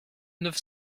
neuf